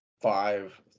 five